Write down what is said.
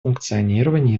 функционирование